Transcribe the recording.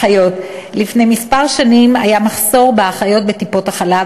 אחיות לפני שנים מספר היה מחסור באחיות בטיפות-החלב